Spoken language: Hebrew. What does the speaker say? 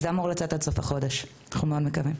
אז זה אמור לצאת עד סוף החודש, אנחנו מאוד מקווים.